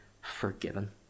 forgiven